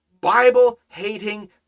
Bible-hating